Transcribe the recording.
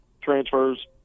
transfers